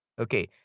Okay